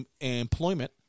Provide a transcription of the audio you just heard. employment